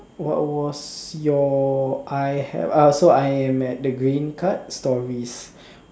what was your I have I also I am at the green cut stories